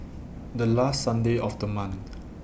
The last Sunday of The month